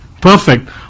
perfect